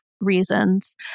reasons